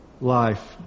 life